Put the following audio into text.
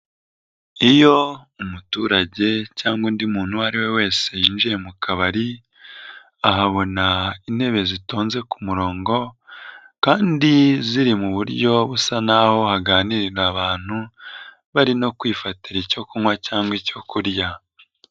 Iyo umuturage cyangwa undi muntu uwo ari we wese yinjiye mu kabari ahabona intebe zitonze ku murongo kandi ziri mu buryo busa n'aho haganirira abantu bari no kwifatira icyo kunywa cyangwa icyo kurya.